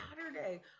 Saturday